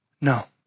No